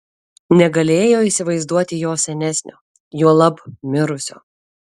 negalėjo įsivaizduoti jo senesnio juolab mirusio